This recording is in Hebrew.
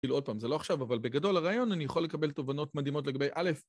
כאילו עוד פעם, זה לא עכשיו, אבל בגדול הרעיון אני יכול לקבל תובנות מדהימות לגבי, א',